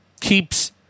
keeps